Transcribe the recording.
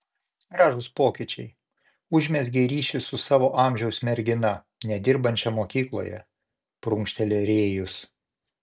gražūs pokyčiai užmezgei ryšį su savo amžiaus mergina nedirbančia mokykloje prunkšteli rėjus